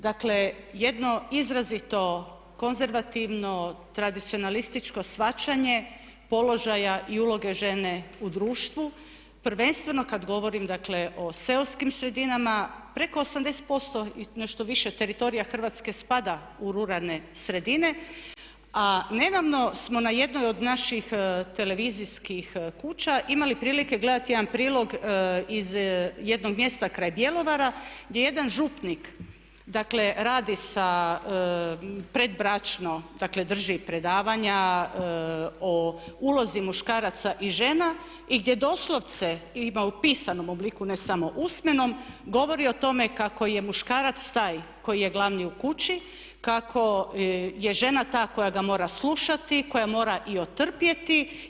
Dakle, jedno izrazito konzervativno tradicionalističko shvaćanje položaja i uloge žene u društvu prvenstveno kad govorim o seoskim sredinama, preko 80% i nešto više teritorija Hrvatske spada u ruralne sredine a nedavno smo na jednoj od naših televizijskih kuća imali prilike gledati jedan prilog iz jednog mjesta kraj Bjelovara gdje je jedan župnik radi sa predbračno, drži predavanja o ulozi muškaraca i žena i gdje doslovce ima u pisanom obliku ne samo usmenom govori o tome kako je muškarac taj koji je glavni u kući, kako je žena ta koja ga mora slušati, koja mora i otrpjeti.